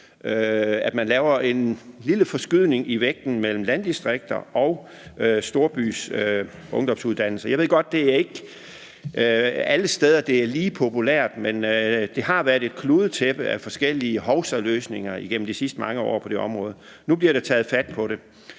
at man laver en lille forskydning i vægten mellem landdistrikter og storbyer i forhold til ungdomsuddannelser. Jeg ved godt, at det ikke er alle steder, at det er lige populært. Det har været et kludetæppe af forskellige hovsaløsninger igennem de sidste mange år på det område. Nu bliver der taget fat på det.